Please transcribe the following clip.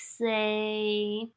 say